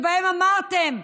שאמרתם,